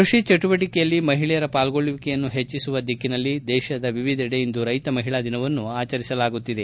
ಕೃಷಿ ಚಟುವಟಿಕೆಯಲ್ಲಿ ಮಹಿಳೆಯರ ಪಾಲ್ಗೊಳ್ಳುವಿಕೆಯನ್ನು ಹೆಚ್ಚಿಸುವ ದಿಕ್ಕಿನಲ್ಲಿ ದೇಶದ ವಿವಿಧೆಡೆ ಇಂದು ರೈತ ಮಹಿಳಾ ದಿನವನ್ನು ಆಚರಿಸಲಾಗುತ್ತಿದೆ